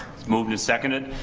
moved and seconded.